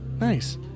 Nice